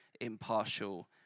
impartial